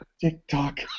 TikTok